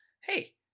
hey